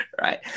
right